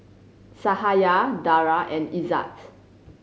Cahaya Dara and Izzat